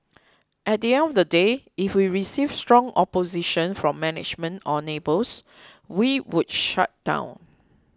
at the end of the day if we received strong opposition from management or neighbours we would shut down